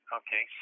okay